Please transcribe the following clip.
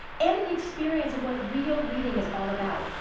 and the experience of what real reading is all about,